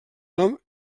nom